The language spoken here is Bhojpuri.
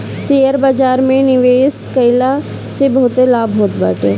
शेयर बाजार में निवेश कईला से बहुते लाभ होत बाटे